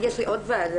יש לי עוד ועדה,